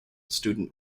student